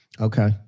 Okay